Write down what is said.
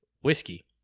whiskey